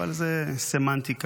אבל זו סמנטיקה.